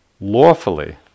lawfully